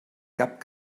cap